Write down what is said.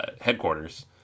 headquarters